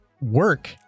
work